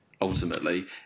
ultimately